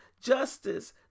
justice